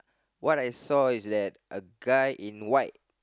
what I saw is that a guy in white